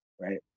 right